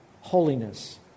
holiness